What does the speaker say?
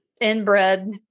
inbred